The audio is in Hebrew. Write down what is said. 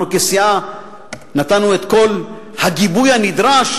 אנחנו כסיעה נתנו את כל הגיבוי הנדרש